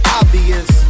obvious